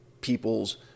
people's